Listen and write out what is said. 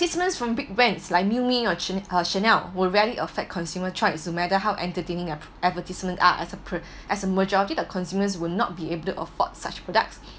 business from big brands like Miu Miu or chan~ uh Chanel will rarely affect consumer choice no matter how entertaining ad~ advertisement are as a pr~ as a majority of the consumers will not be able to afford such products